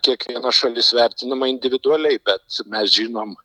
kiekviena šalis vertinama individualiai bet mes žinom